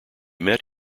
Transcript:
met